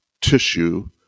tissue